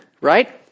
right